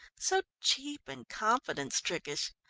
so cheap and confidence-trickish.